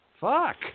Fuck